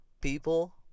people